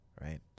right